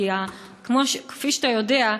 כי כפי שאתה יודע,